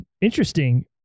interesting